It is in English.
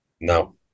No